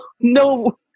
no